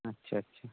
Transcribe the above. ᱟᱪᱪᱷᱟ ᱟᱪᱪᱷᱟ